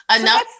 enough